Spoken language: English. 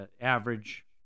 average